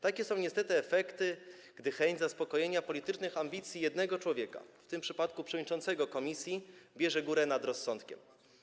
Takie są niestety efekty, gdy chęć zaspokojenia politycznych ambicji jednego człowieka - w tym przypadku przewodniczącego komisji - bierze górę nad rozsądkiem.